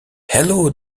hello